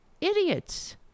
idiots